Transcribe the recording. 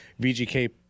VGK